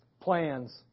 plans